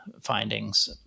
findings